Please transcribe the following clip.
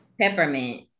Peppermint